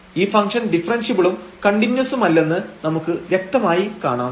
ഈ ഫംഗ്ഷൻ ഡിഫറെൻഷ്യബിളും കണ്ടിന്യുസുമല്ലെന്ന് നമുക്ക് വ്യക്തമായി കാണാം